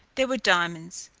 there were diamonds,